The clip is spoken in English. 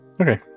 okay